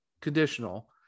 conditional